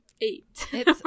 Eight